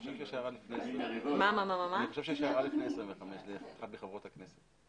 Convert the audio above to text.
שיש הערה לפני 25 מאחת מחברות הכנסת.